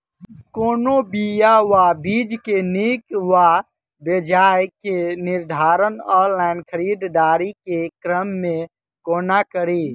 कोनों बीया वा बीज केँ नीक वा बेजाय केँ निर्धारण ऑनलाइन खरीददारी केँ क्रम मे कोना कड़ी?